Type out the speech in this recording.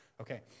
Okay